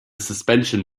suspension